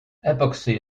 epoxy